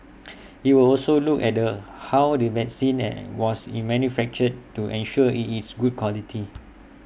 IT will also look at the how the vaccine and was manufactured to ensure IT is good quality